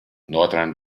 nordrhein